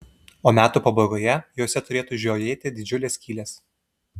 o metų pabaigoje juose turėtų žiojėti didžiulės skylės